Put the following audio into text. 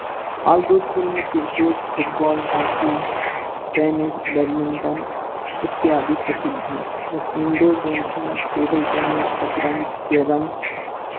outdoor खेल में cricket football hockey tennis badminton इत्यादि प्रसिद्ध हैं जब की इंडोर गेम्स में टेबल टेनिस शतरंज कैरम